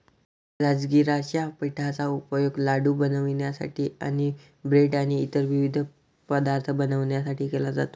राजगिराच्या पिठाचा उपयोग लाडू बनवण्यासाठी आणि ब्रेड आणि इतर विविध पदार्थ बनवण्यासाठी केला जातो